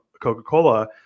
Coca-Cola